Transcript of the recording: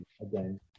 Again